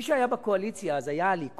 מי שהיה בקואליציה אז היה הליכוד,